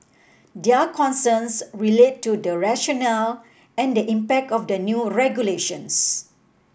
their concerns relate to the rationale and the impact of the new regulations